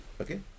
okay